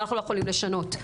ואנחנו לא יכולים לשנות.